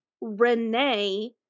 Renee